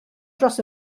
dros